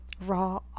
raw